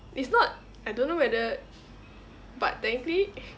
it's not I don't know whether but technically